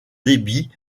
débit